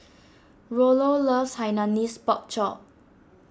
Rollo loves Hainanese Pork Chop